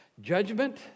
judgment